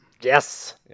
Yes